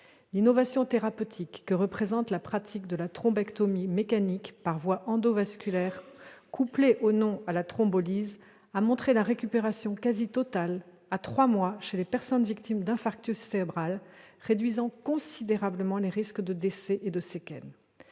L'innovation thérapeutique que représente la pratique de la thrombectomie mécanique par voie endovasculaire, couplée ou non à la thrombolyse, a montré une récupération quasi totale à trois mois, chez les personnes victimes d'infarctus cérébral, réduisant considérablement les risques de décès et de séquelles.